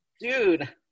Dude